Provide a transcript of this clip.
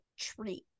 tree